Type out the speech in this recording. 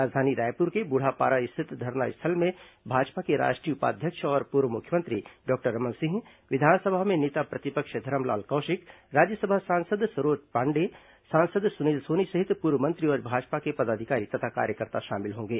राजधानी रायपुर के ब्रुढ़ापारा स्थित धरनास्थल में भाजपा के राष्ट्रीय उपाध्यक्ष और पूर्व मुख्यमंत्री डॉक्टर रमन सिंह विधानसभा में नेता प्रतिपक्ष धरमलाल कौशिक राज्यसभा सांसद सरोज पांडेय सांसद सुनील सोनी सहित पूर्व मंत्री और भाजपा के पदाधिकारी तथा कार्यकर्ता शामिल होंगे